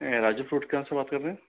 Raju fruit के यहाँ से बात कर रहें है